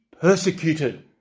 persecuted